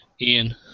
Ian